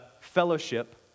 Fellowship